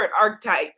archetype